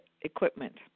equipment